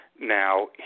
Now